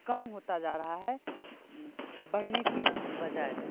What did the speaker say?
कम होता जा रहा है बढ़ने की बजाय